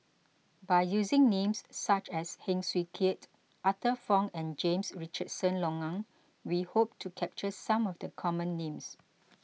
by using names such as Heng Swee Keat Arthur Fong and James Richardson Logan we hope to capture some of the common names